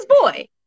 boy